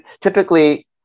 typically